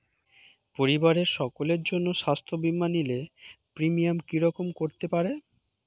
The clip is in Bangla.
পরিবারের সকলের জন্য স্বাস্থ্য বীমা নিলে প্রিমিয়াম কি রকম করতে পারে?